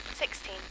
Sixteen